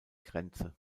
grenze